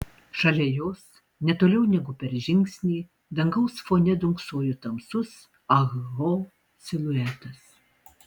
šalia jos ne toliau negu per žingsnį dangaus fone dunksojo tamsus ah ho siluetas